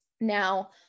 Now